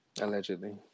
Allegedly